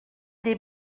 des